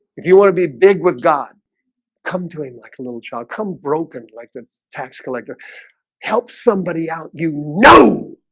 if you want to be big with god come to him like a little child come broken like the tax collector help somebody out you know,